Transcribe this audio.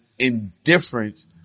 indifference